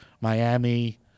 Miami